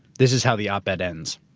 this is how the op-ed ends.